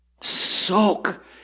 soak